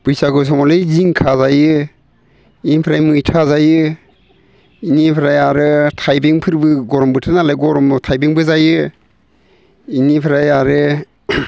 बैसागु समावलाय जिंखा जायो बेनिफ्राय मैथा जायो बेनिफ्राय आरो थाइबेंफोरबो गरम बोथोर नालाय गरमाव थाइबेंबो जायो बेनिफ्राय आरो